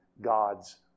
God's